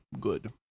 Good